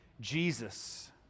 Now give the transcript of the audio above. Jesus